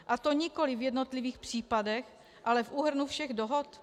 A to nikoliv v jednotlivých případech, ale v úhrnu všech dohod.